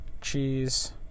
cheese